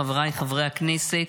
חבריי חברי הכנסת,